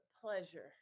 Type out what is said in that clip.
pleasure